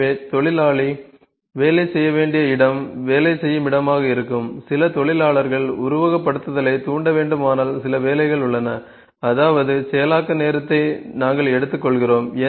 எனவே தொழிலாளி வேலை செய்ய வேண்டிய இடம் வேலை செய்யும் இடமாக இருக்கும் சில தொழிலாளர் உருவகப்படுத்துதலைத் தூண்ட வேண்டுமானால் சில வேலைகள் உள்ளன அதாவது செயலாக்க நேரத்தை நாங்கள் எடுத்துக்கொள்கிறோம்